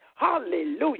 Hallelujah